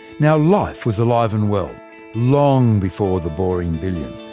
now life was alive and well long before the boring billion.